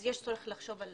אם כן, יש צורך לחשוב על